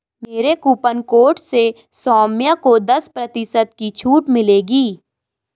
मेरे coupon code से सौम्य को दस प्रतिशत की छूट मिलेगी